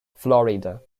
florida